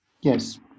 Yes